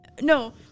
no